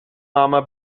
mama